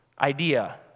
idea